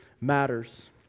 matters